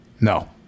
No